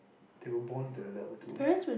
they were born into that level too